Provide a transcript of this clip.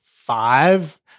five